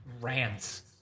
rants